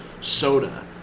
soda